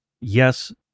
Yes